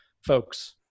folks